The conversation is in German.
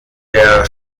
der